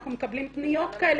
אנחנו מקבלים פניות כאלה,